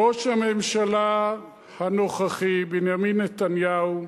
ראש הממשלה הנוכחי, בנימין נתניהו,